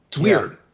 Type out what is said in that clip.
weird.